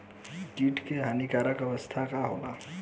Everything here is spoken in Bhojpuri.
कीट क हानिकारक अवस्था का होला?